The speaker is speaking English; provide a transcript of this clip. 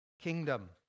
kingdom